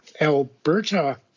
Alberta